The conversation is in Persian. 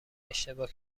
اشتباه